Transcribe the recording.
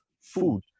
food